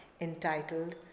entitled